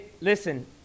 Listen